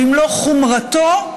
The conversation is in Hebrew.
במלוא חומרתו,